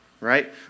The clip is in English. right